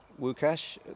Wukash